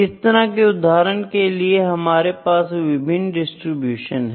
इस तरह के उदाहरण के लिए हमारे पास विभिन्न डिस्ट्रीब्यूशन है